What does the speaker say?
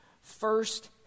first